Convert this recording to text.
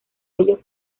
ellos